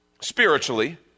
spiritually